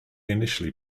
initially